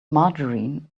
margarine